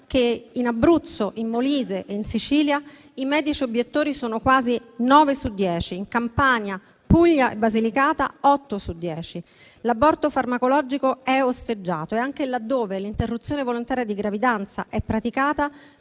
che in Abruzzo, in Molise e in Sicilia i medici obiettori sono quasi nove su dieci, mentre in Campania, Puglia e Basilicata sono otto su dieci. Inoltre, l’aborto farmacologico è osteggiato e, anche laddove l’interruzione volontaria di gravidanza è praticata,